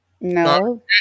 No